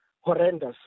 horrendous